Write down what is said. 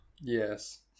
Yes